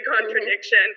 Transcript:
contradiction